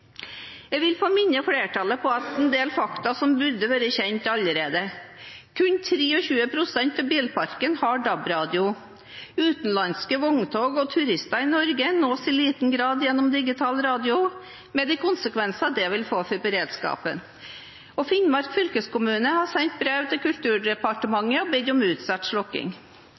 Jeg vil få minne flertallet på en del fakta som burde være kjent allerede: Kun 23 pst. av bilparken har DAB-radio. Utenlandske vogntog og turister i Norge nås i liten grad gjennom digital radio, med de konsekvenser det vil få for beredskapen. Finnmark fylkeskommune har sendt brev til Kulturdepartementet og bedt om utsatt slukking.